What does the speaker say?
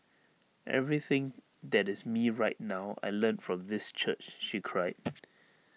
everything that is me right now I learnt from this church she cried